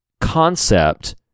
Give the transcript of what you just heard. concept